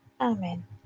Amen